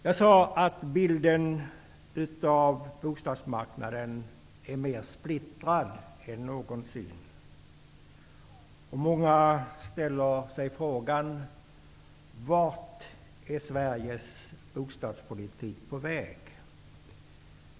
Jag sade att bilden av bostadsmarknaden nu är mer splittrad än någonsin, och många ställer sig frågan: Vart är Sveriges bostadspolitik på väg?